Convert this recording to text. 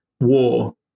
war